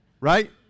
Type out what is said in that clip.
Right